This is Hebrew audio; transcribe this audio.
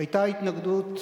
היתה התנגדות,